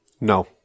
No